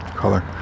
color